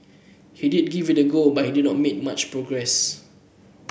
he did give it a go but did not make much progress